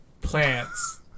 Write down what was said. plants